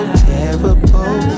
terrible